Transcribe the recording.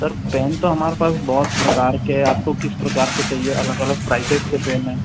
sir pen तो हमारे पास बहुत प्रकार के है आपको किस प्रकार के चाहिए अलग अलग प्राइसेस के पेन हैं